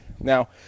Now